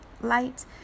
Light